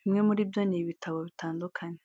Bimwe muri byo ni ibitabo bitandukanye.